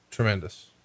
Tremendous